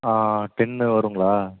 ஆ திண்ணை வருங்களா